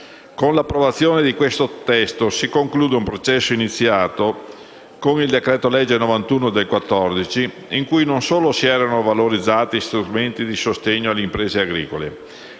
Con l'approvazione del provvedimento in esame si conclude un processo iniziato con il decreto-legge 24 giugno 2014, n. 91, in cui non solo si erano valorizzati strumenti di sostegno alle imprese agricole,